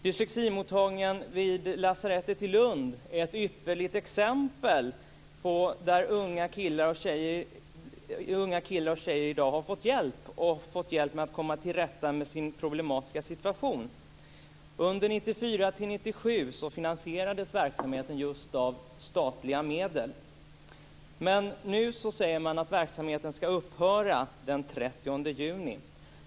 Dysleximottagningen vid lasarettet i Lund är ett ypperligt exempel på att unga killar och tjejer i dag har fått hjälp med att komma till rätta med sin problematiska situation. Under 1994-1997 finansierades verksamheten just av statliga medel. Nu säger man att verksamheten skall upphöra den 30 juni.